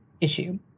issue